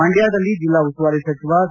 ಮಂಡ್ಕದಲ್ಲಿ ಜಿಲ್ಲಾ ಉಸ್ತುವಾರಿ ಸಚಿವ ಸಿ